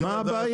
מה הבעיה?